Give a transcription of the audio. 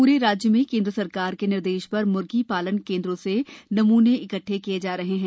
पूरे राज्य में केन्द्र सरकार के निर्देश पर मूर्गी पालन केन्द्रों से नमूने इकट्ठे किये जा रहे हैं